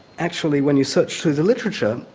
actually when you search through the literature,